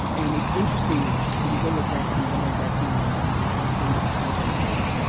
and and it's interesting when you go to a drag king one of our drag king one who wants the first thing that we tell them is